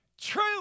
True